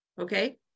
Okay